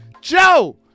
joe